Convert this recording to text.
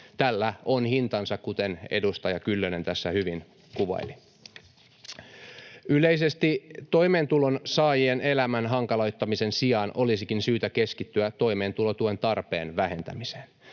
Tällä on hintansa, kuten edustaja Kyllönen tässä hyvin kuvaili. Yleisesti toimeentulotuen saajien elämän hankaloittamisen sijaan olisikin syytä keskittyä toimeentulotuen tarpeen vähentämiseen.